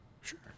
Sure